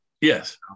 yes